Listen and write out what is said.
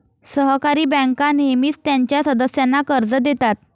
सहकारी बँका नेहमीच त्यांच्या सदस्यांना कर्ज देतात